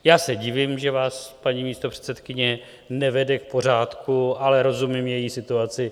Já se divím, že vás paní místopředsedkyně nevede k pořádku, ale rozumím její situaci.